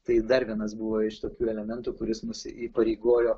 tai dar vienas buvo iš tokių elementų kuris mus įpareigojo